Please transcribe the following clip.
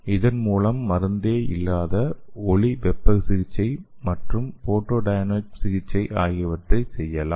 இதன் மூலம் மருந்தே இல்லாத ஒளி வெப்ப சிகிச்சை மற்றும் போட்டோ டைனமிக்ஸ் சிகிச்சை ஆகியவற்றை செய்யலாம்